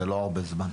זה לא הרבה זמן.